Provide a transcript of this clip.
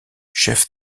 chef